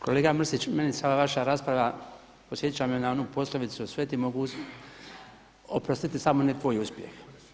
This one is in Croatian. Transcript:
Kolega Mrsić meni se ova vaša rasprava, podsjeća me na onu poslovicu sve ti mogu oprostiti samo ne tvoj uspjeh.